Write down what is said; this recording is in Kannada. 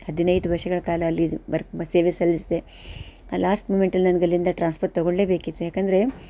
ಹದಿನೈದು ವರ್ಷಗಳ ಕಾಲ ಅಲ್ಲಿ ವರ್ಕ್ ಮಾ ಸೇವೆ ಸಲ್ಲಿಸಿದೆ ಆ ಲಾಸ್ಟ್ ಮೂಮೆಂಟಲ್ಲಿ ನನ್ಗೆ ಅಲ್ಲಿಂದ ಟ್ರಾನ್ಸ್ಫರ್ ತೊಗೊಳ್ಲೇಬೇಕಿತ್ತು ಯಾಕಂದರೆ